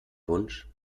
wunsch